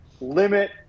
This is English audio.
limit